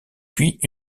puis